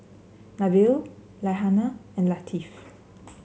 Nabil Raihana and Latif